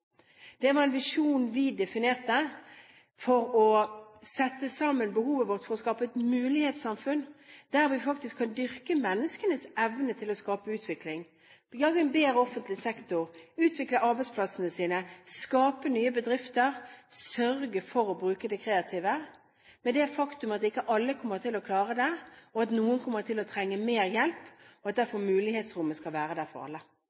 Det var en visjon vi definerte for vårt behov for å skape et mulighetssamfunn, der vi kan dyrke menneskenes evne til å skape utvikling, lage en bedre offentlig sektor, utvikle arbeidsplassene sine, skape nye bedrifter, sørge for å bruke det kreative. Men det er et faktum at ikke alle kommer til å klare det, og at noen kommer til å trenge mer hjelp, og det er derfor mulighetsrommet skal være der for alle.